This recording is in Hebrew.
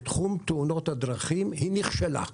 בתחום תאונות הדרכים היא נכשלה.